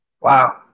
Wow